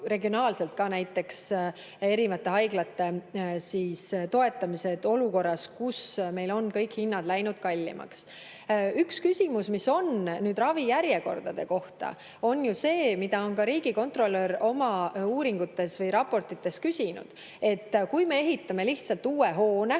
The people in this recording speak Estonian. ja näiteks regionaalsete haiglate toetused olukorras, kus on kõik hinnad läinud kallimaks. Üks küsimus ravijärjekordade kohta on ju see, mida on ka riigikontrolör oma uuringutes või raportites küsinud: kui me ehitame uue hoone,